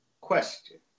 question